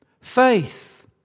Faith